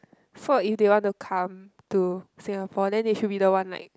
so if they want to come to Singapore then they should be the one like